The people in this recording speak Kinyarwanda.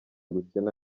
gukina